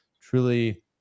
truly